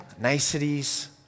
niceties